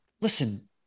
listen